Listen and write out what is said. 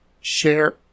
share